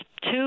Two